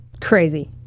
crazy